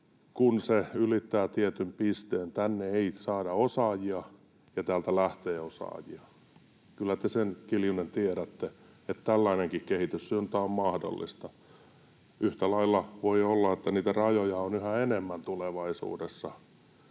kun se ylittää tietyn pisteen, tänne ei saada osaajia ja täältä lähtee osaajia. — Kyllä te sen, Kiljunen, tiedätte, että tällainenkin kehityssuunta on mahdollista. Yhtä lailla voi olla, että rajoja on tulevaisuudessa